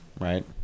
Right